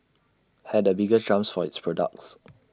had the biggest jumps for its products